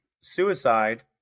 Suicide